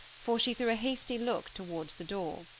for she threw a hasty look towards the door.